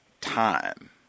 time